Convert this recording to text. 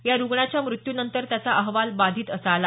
या रुग्णाच्या मृत्यूनंतर त्याचा अहवाल बाधित असा आला